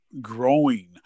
growing